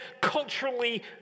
culturally